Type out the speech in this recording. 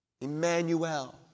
Emmanuel